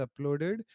uploaded